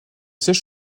siège